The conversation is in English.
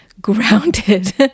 grounded